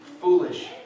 foolish